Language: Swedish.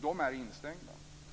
De är instängda.